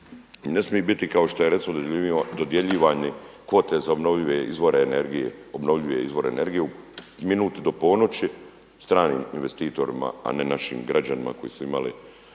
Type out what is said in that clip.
ne smiju biti kao što je recimo dodjeljivane kvote za obnovljive izvore energije minut do ponoći stranim investitorima, a ne našim građanima koji su imali